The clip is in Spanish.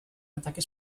ataque